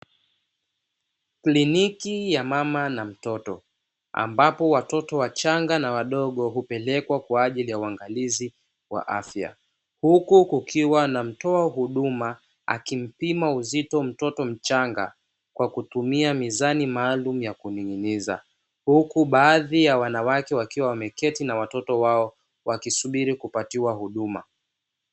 Kliniki ya mama na mtoto ambapo watoto wachanga na wadogo hupelekwa kwaajili ya uangalizi wa afya , huku kukiwa na mtoa huduma akimpima uzito mtoto mchanga kwa kutumia mezani maalumu ya kuninginiza, huku baadhi ya wanawake wakiwa wameketi na watoto wao wakisubiri kupatiwa huduma .